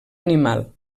animal